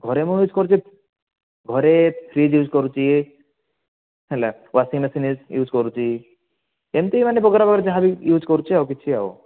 ଘରେ ମୁଁ ୟୁଜ୍ କରୁଛି ଘରେ ଫ୍ରୀଜ୍ ୟୁଜ୍ କରୁଛି ହେଲା ୱାଶିଂ ମେଶିନ୍ ୟୁଜ୍ କରୁଛି ଏମିତି ମାନେ ବଗେରା ବଗେରା ଯାହା ୟୁଜ୍ କରୁଛି ଆଉ କିଛି ଆଉ